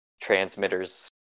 transmitters